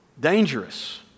Dangerous